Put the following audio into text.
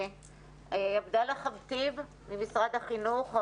עבדאללה ח'טיב ממשרד החינוך,